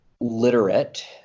literate